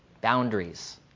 boundaries